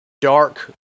dark